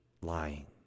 lying